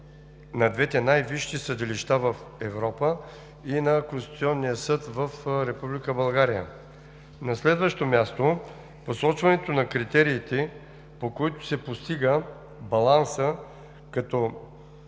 на двете най-висши съдилища в Европа и на Конституционния съд в Република България. На следващо място, посочването на критериите, по които се постига баланса като